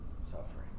suffering